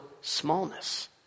smallness